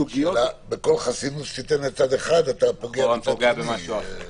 בכל חסינות שתיתן לצד אחד אתה פוגע בצד שני.